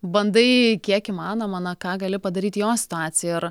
bandai kiek įmanoma na ką gali padaryti jo situacijoj ir